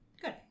Good